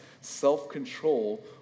self-control